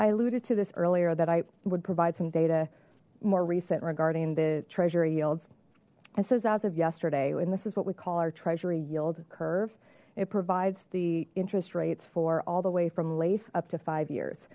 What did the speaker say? alluded to this earlier that i would provide some data more recent regarding the treasury yields and sue's as of yesterday and this is what we call our treasury yield curve it provides the interest rates for all the way from lathe up to five years